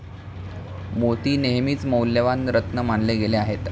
मोती नेहमीच मौल्यवान रत्न मानले गेले आहेत